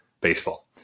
baseball